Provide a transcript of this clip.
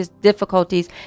difficulties